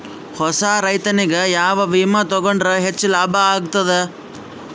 ಹೊಸಾ ರೈತನಿಗೆ ಯಾವ ವಿಮಾ ತೊಗೊಂಡರ ಹೆಚ್ಚು ಲಾಭ ಆಗತದ?